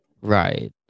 Right